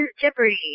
Jeopardy